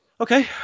Okay